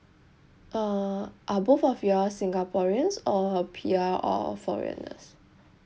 uh are both of you all singaporeans or a P_R or a foreigners